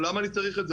למה אני צריך את זה?